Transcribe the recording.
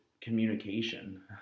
communication